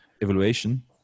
evaluation